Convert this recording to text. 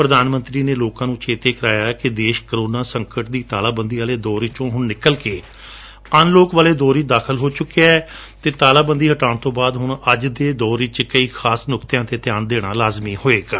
ਪ੍ਰਧਾਨ ਮੰਤਰੀ ਨੇ ਲੋਕਾਂ ਨੂੰ ਚੇਤੇ ਕਰਵਾਇਆ ਕਿ ਦੇਸ਼ ਕਰੋਨਾ ਸੰਕਟ ਦੀ ਤਾਲਾਬੰਦੀ ਵਾਲੇ ਦੌਰ ਵਿਚੌ ਨਿਕਲ ਕੇ ਹੁਣ ਅਨਲਾਕ ਵਾਲੇ ਦੌਰ ਵਿਚ ਦਾਖਲ ਹੋ ਚੁੱਕਿਐ ਅਤੇ ਤਾਲਾਬੰਦੀ ਹਟਾਉਣ ਤੋਂ ਬਾਦ ਹੁਣ ਦੇ ਅੱਜ ਦੇ ਦੌਰ ਵਿਚ ਕਈ ਖਾਸ ਨੁਕਤਿਆਂ ਤੇ ਧਿਆਨ ਦੇਣਾ ਲਾਜਮੀ ਹੋਵੇਗਾ